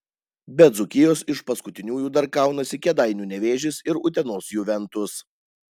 be dzūkijos iš paskutiniųjų dar kaunasi kėdainių nevėžis ir utenos juventus